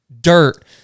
dirt